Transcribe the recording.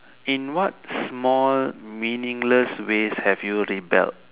in what small meaningless ways have you rebelled